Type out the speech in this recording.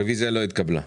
הרביזיה לא התקבלה.